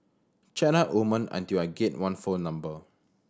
chat up women until I get one phone number